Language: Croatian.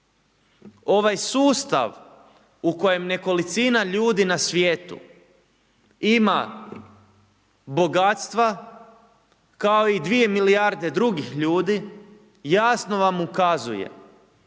Ovaj sustav u kojem nekolicina ljudi na svijetu ima bogatstva kao i 2 milijarde drugih ljudi jasno vam ukazuje da